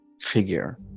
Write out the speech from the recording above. figure